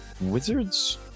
wizards